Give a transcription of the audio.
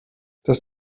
das